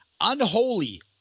Unholy